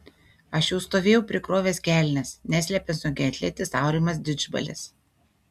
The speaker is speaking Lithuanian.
aš jau stovėjau prikrovęs kelnes neslepia sunkiaatletis aurimas didžbalis